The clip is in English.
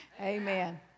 Amen